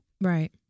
Right